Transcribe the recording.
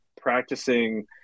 practicing